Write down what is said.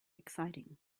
exciting